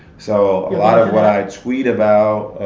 so a lot of what i tweet about,